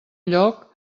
lloc